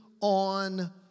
on